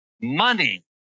money